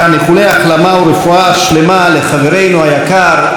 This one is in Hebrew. איחולי החלמה ורפואה שלמה לחברנו היקר,